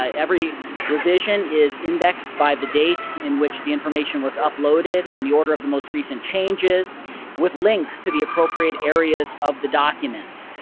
ah every revision is indexed by the date in which the information was uploaded in and the order of the most recent changes with links to the appropriate areas of the document.